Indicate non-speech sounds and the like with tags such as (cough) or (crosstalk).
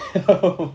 (laughs)